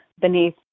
beneath